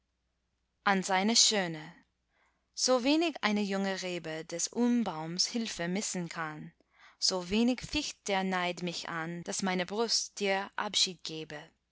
an seine schöne so wenig eine junge rebe des ulmbaums hilfe missen kann so wenig ficht der neid mich an daß meine brust dir abschied gebe